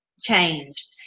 changed